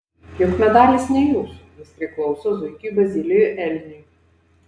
juk medalis ne jūsų jis priklauso zuikiui bazilijui elniui